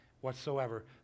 whatsoever